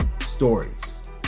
stories